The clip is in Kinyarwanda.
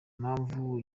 impamvu